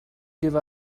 give